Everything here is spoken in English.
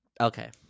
Okay